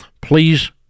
Please